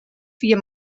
via